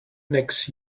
next